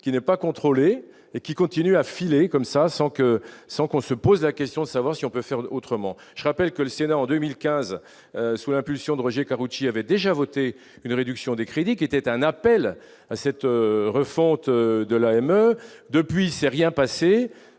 qui n'est pas contrôlée et qui continuent à filer comme ça sans que sans qu'on se pose la question de savoir si on peut faire autrement, je rappelle que le Sénat en 2015 sous l'impulsion de Roger Karoutchi avait déjà voté une réduction des crédits, qui était un appel à cette refonte de la M1 depuis il s'est rien passé